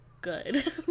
good